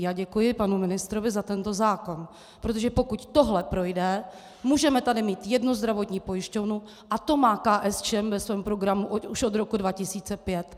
Já děkuji panu ministrovi za tento zákon, protože pokud tohle projde, můžeme tady mít jednu zdravotní pojišťovnu a to má KSČM ve svém programu už od roku 2005.